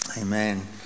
Amen